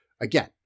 again